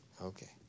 Okay